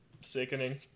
Sickening